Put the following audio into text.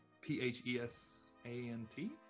P-H-E-S-A-N-T